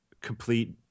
complete